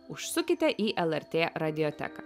užsukite į lrt radioteką